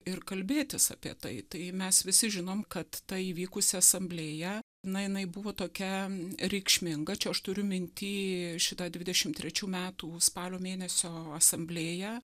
ir kalbėtis apie tai tai mes visi žinom kad ta įvykusi asamblėja na jinai buvo tokia reikšminga čia aš turiu minty šitą dvidešim trečių metų spalio mėnesio asamblėją